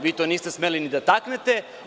Vi to niste smeli ni da taknete.